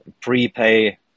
prepay